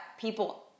people